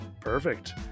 Perfect